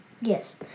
Yes